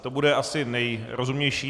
To bude asi nejrozumnější.